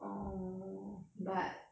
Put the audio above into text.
oh but